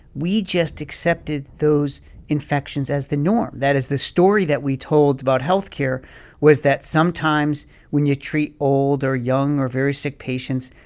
we just accepted those infections as the norm. that is, the story that we told about health care was that sometimes when you treat old or young or very sick patients,